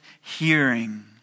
hearing